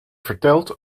vertelt